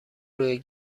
روی